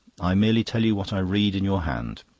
i merely tell you what i read in your hand.